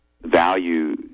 value